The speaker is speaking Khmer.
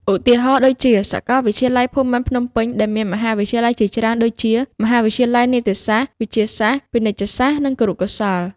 ឧទាហរណ៍ដូចជា សាកលវិទ្យាល័យភូមិន្ទភ្នំពេញ ដែលមានមហាវិទ្យាល័យជាច្រើនដូចជា មហាវិទ្យាល័យនីតិសាស្ត្រ វិទ្យាសាស្ត្រ ពាណិជ្ជសាស្រ្ត និងគរុកោសល្យ។